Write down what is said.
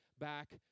back